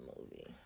movie